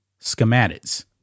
schematics